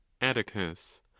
Atticus